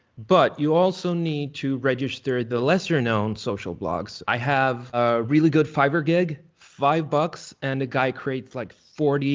but you also need to register the lesser-known social blogs. i have a really good fiverr gig, five bucks and the guy creates like forty